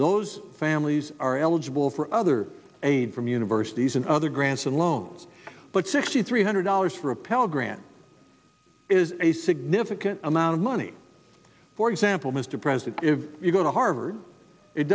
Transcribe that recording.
those families are eligible for other aid from universities and other grants and loans but sixty three hundred dollars for a pell grant is a significant amount of money for example mr president if you go to harvard it